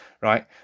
right